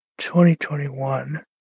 2021